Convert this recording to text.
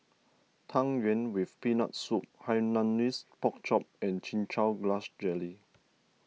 Tang Yuen with Peanut Soup Hainanese Pork Chop and Chin Chow Grass Jelly